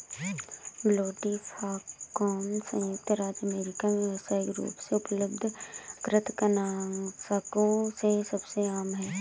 brodifacoum संयुक्त राज्य America में व्यावसायिक रूप से उपलब्ध कृंतकनाशकों में सबसे आम है